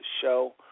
show